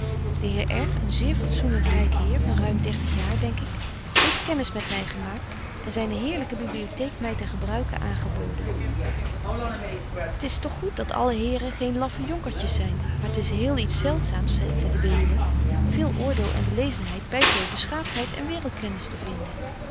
de heer r een zeer fatsoenlyk ryk heer van ruim dertig jaar denk ik heeft kennis betje wolff en aagje deken historie van mejuffrouw sara burgerhart met my gemaakt en zyne heerlyke bibliotheek my ten gebruike aangeboden t is toch goed dat alle heren geen laffe jonkertjes zyn maar t is heel iets zeldzaams zeit de weduwe veel oordeel en belezenheid by veel beschaaftheid en waereldkennis te vinden